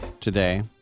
today